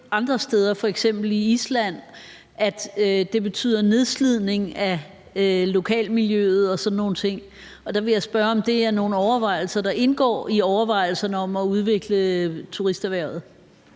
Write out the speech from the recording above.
andre steder, f.eks. i Island, medfører en nedslidning af lokalmiljøet og sådan nogle ting, og der vil jeg spørge, om det indgår i overvejelserne om at udvikle turisterhvervet.